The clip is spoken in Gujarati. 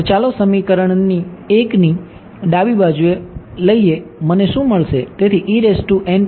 તો ચાલો સમીકરણ 1 ની ડાબી બાજુ લઈએ મને શું મળશે